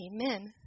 Amen